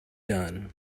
done